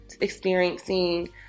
experiencing